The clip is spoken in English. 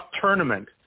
tournament